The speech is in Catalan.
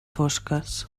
fosques